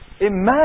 Imagine